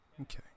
Okay